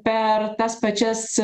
per tas pačias